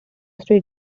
street